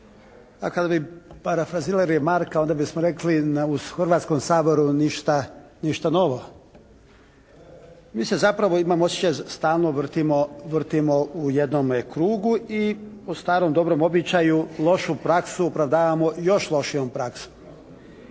Pa kada bi parafrazirali Marka onda bismo rekli da u Hrvatskom saboru ništa novo. Mi se zapravo imam osjećaj stalno vrtimo u jednome krugu i po starom dobro običaju lošu praksu opravdavamo još lošijom praksom.